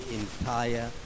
entire